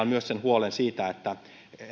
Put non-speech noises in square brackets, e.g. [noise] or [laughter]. [unintelligible] myös sen huolen siitä että